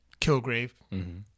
Kilgrave